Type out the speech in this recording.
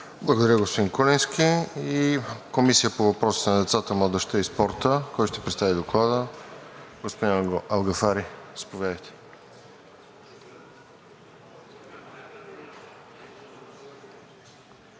Благодаря, господин Куленски. И Комисията по въпросите на децата, младежта и спорта – кой ще представи Доклада? Господин Алгафари, заповядайте. ДОКЛАДЧИК